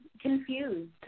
confused